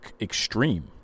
extreme